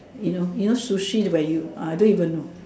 you know you know sushi where you uh I don't even know